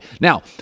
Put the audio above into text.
Now